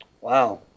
Wow